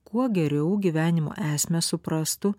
kuo geriau gyvenimo esmę suprastų